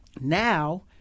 now